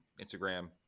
Instagram